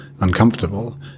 uncomfortable